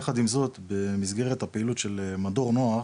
יחד עם זאת, במסגרת הפעילות של מדור נוער